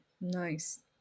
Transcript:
nice